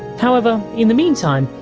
however, in the meantime,